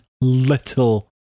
little